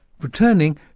returning